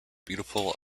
beautiful